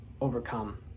overcome